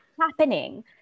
happening